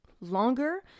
longer